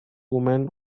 women